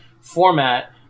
format